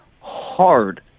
hard